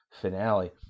finale